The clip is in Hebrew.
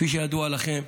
כפי שידוע לכם,